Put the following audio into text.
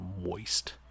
moist